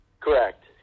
Correct